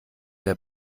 der